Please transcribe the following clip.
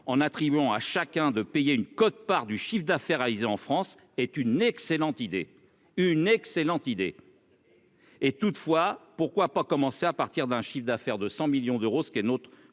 en attribuant à chacun de payer une quote-part du chiffre d'affaires réalisé en France est une excellente idée, une excellente idée est toutefois pourquoi pas commencer à partir d'un chiffre d'affaires de 100 millions d'euros, ce qui est notre proposition